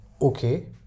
Okay